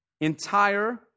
entire